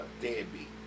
Deadbeat